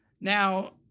Now